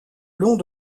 long